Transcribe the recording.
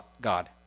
God